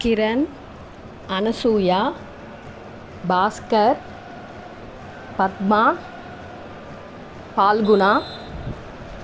Kiran Anasuya Bhaskar Padma Phalguna